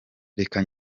reka